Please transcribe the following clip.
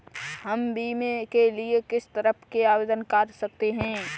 हम बीमे के लिए किस तरह आवेदन कर सकते हैं?